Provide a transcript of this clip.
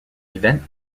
event